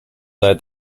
led